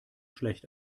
schlecht